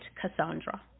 Cassandra